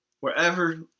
wherever